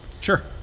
Sure